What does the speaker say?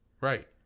Right